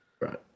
Right